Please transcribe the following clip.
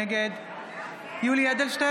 נגד משה אבוטבול, בעד יולי יואל אדלשטיין,